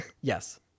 Yes